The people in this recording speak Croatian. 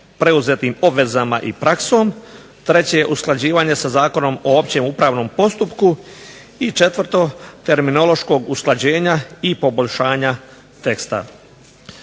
preuzetim obvezama i praksom. Treće, usklađivanje sa Zakonom o općem upravnom postupku. I četvrto, terminološkog usklađenja i poboljšanja testa.